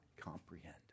comprehend